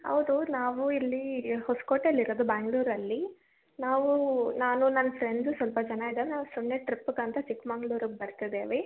ಹೌದು ನಾವು ಇಲ್ಲಿ ಹೊಸಕೋಟೆಲಿರೊದು ಬೆಂಗಳೂರಲ್ಲಿ ನಾವೂ ನಾನು ನನ್ನ ಫ್ರೆಂಡ್ಸು ಸ್ವಲ್ಪ ಜನ ಇದ್ದಾರೆ ನಾವು ಸುಮ್ಮನೆ ಟ್ರಿಪ್ಪಗಂತ ಚಿಕ್ಮಂಗಳೂರಿಗೆ ಬರ್ತಿದ್ದೀವಿ